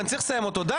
די,